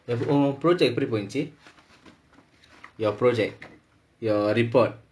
உன்:unn project எப்படி போயிருச்சு:eppadi poyiruchu your project your report